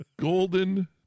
Golden